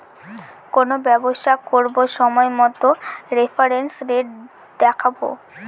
কোনো ব্যবসা করবো সময় মতো রেফারেন্স রেট দেখাবো